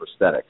prosthetics